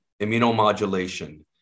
immunomodulation